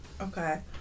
okay